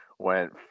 went